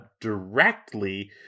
Directly